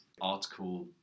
article